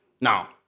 now